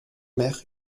mère